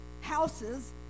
houses